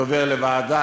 וזה עובר לוועדה.